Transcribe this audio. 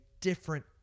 different